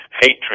hatred